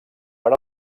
per